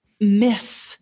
miss